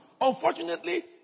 Unfortunately